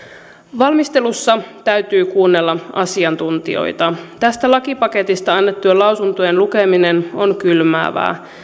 valmistelussa täytyy kuunnella asiantuntijoita tästä lakipaketista annettujen lausuntojen lukeminen on kylmäävää